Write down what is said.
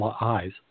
eyes